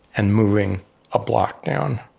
and moving a block down,